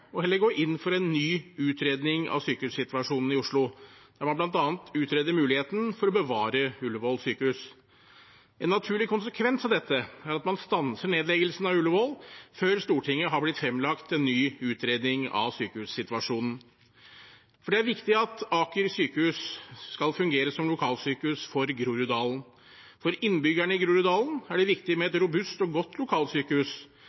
og heller gå inn for en ny utredning av sykehussituasjonen i Oslo, der man bl.a. utreder muligheten for å bevare Ullevål sykehus. En naturlig konsekvens av dette er at man stanser nedleggelsen av Ullevål før Stortinget er blitt forelagt en ny utredning av sykehussituasjonen. Det er viktig at Aker sykehus skal fungere som lokalsykehus for Groruddalen. For innbyggerne i Groruddalen er det viktig med